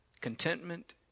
contentment